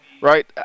right